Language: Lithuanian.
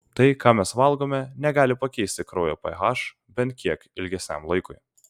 tai ką mes valgome negali pakeisti kraujo ph bent kiek ilgesniam laikui